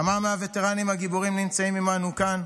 כמה מהווטרנים הגיבורים נמצאים עימנו כאן,